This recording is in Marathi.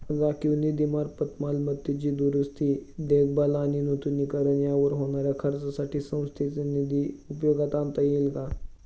राखीव निधीमार्फत मालमत्तेची दुरुस्ती, देखभाल आणि नूतनीकरण यावर होणाऱ्या खर्चासाठी संस्थेचा निधी उपयोगात आणता येईल का?